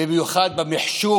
במיוחד במחשוב